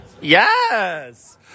Yes